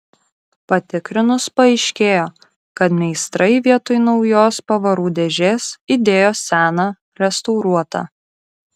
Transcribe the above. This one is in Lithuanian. patikrinus paaiškėjo kad meistrai vietoj naujos pavarų dėžės įdėjo seną restauruotą